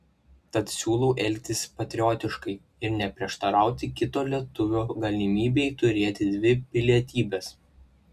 tad siūlau elgtis patriotiškai ir neprieštarauti kito lietuvio galimybei turėti dvi pilietybes